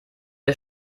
der